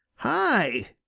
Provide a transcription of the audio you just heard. hi!